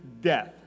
death